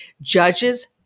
judges